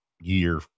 year